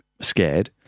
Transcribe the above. scared